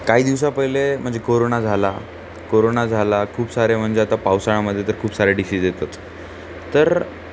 काही दिवसा पहिले म्हणजे कोरोणा झाला कोरोणा झाला खूप सारे म्हणजे आता पावसाळ्यामध्ये तर खूप सारे डिसीज येतातच तर